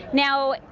now,